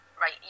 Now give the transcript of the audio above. right